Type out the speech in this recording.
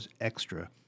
extra